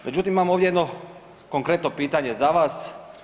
Međutim, imamo ovdje jedno konkretno pitanje za vas.